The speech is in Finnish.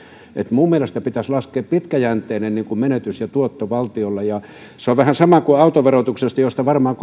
minun mielestäni pitäisi laskea pitkäjänteinen menetys ja tuotto valtiolle ja se on vähän sama kuin autoverotuksessa josta varmaan